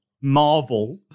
marvel